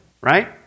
Right